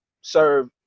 serve